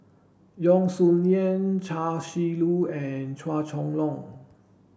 Yeo Song Nian Chia Shi Lu and Chua Chong Long